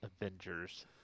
Avengers